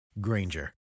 Granger